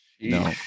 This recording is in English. No